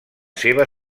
seva